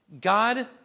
God